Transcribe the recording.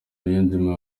niyonzima